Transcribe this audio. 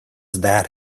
that